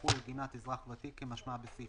יחול על גמלת אזרח ותיק כמשמעה בסעיף